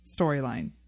storyline